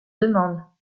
demandent